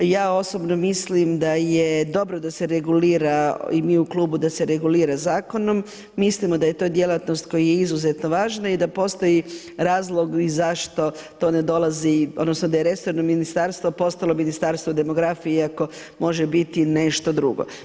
Ja osobno mislim da je dobro da se regulira i mi u klubu da se regulira zakonom, mislimo da je to djelatnost koja je izuzetno važna i da postoji razlog i zašto to ne dolazi odnosno da je resorno Ministarstvo postalo Ministarstvo demografije iako može biti nešto drugo.